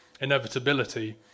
inevitability